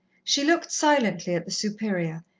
she looked silently at the superior,